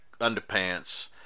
underpants